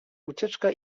ucieczka